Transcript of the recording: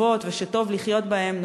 טובות ושטוב לחיות בהן,